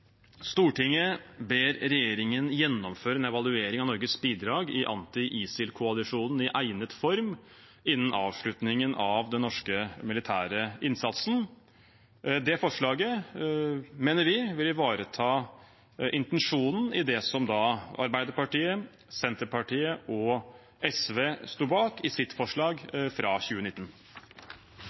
ber regjeringen gjennomføre en evaluering av Norges bidrag i anti-ISIL-koalisjonen i egnet form innen avslutningen av den norske militære innsatsen.» Det forslaget mener vi vil ivareta intensjonen i det som Arbeiderpartiet, Senterpartiet og SV sto bak i sitt forslag fra 2019.